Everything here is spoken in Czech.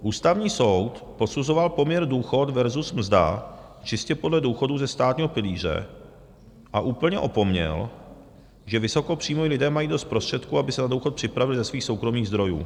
Ústavní soud posuzoval poměr důchod versus mzda čistě podle důchodů ze státního pilíře a úplně opomněl, že vysokopříjmoví lidé mají dost prostředků, aby se na důchod připravili ze svých soukromých zdrojů.